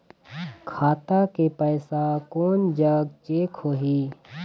खाता के पैसा कोन जग चेक होही?